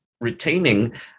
retaining